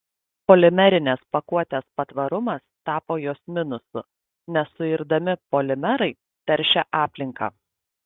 polimerinės pakuotės patvarumas tapo jos minusu nesuirdami polimerai teršia aplinką